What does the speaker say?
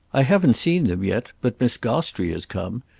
i haven't seen them yet, but miss gostrey has come.